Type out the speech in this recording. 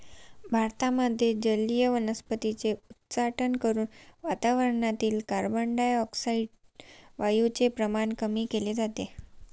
भारतामध्ये जलीय वनस्पतींचे उच्चाटन करून वातावरणातील कार्बनडाय ऑक्साईड वायूचे प्रमाण कमी केले जाते